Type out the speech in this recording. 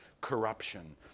corruption